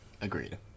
Agreed